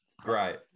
great